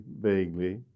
vaguely